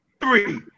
Three